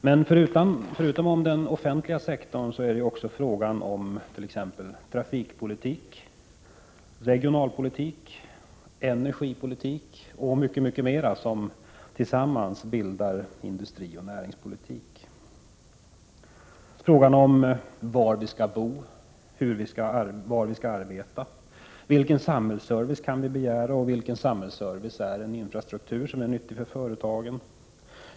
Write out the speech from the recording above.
Industrioch näringspolitiken består emellertid förutom av den offentliga sektorn av trafikpolitik, regionalpolitik, energipolitik m.m. Till detta politikområde hör bl.a. följande frågor: Var skall vi bo? Var skall vi arbeta? Vilken samhällsservice kan vi begära? Vilken samhällsservice ger en infrastruktur som är nyttig för företagen?